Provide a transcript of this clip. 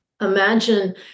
Imagine